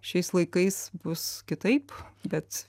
šiais laikais bus kitaip bet